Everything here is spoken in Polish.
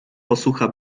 posucha